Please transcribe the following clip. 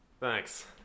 Thanks